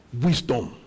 wisdom